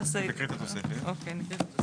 תקריאי את התוספת.